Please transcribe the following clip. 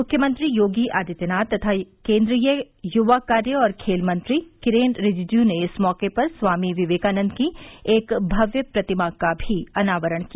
मुख्यमंत्री योगी आदित्यनाथ तथा केन्द्रीय युवा कार्य और खेल मंत्री किरेन रिजिजू ने इस मौके पर स्वामी विवेकानन्द की एक भव्य प्रतिमा का भी अनावरण किया